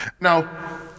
now